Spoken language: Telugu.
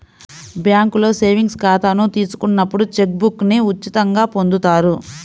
బ్యేంకులో సేవింగ్స్ ఖాతాను తీసుకున్నప్పుడు చెక్ బుక్ను ఉచితంగా పొందుతారు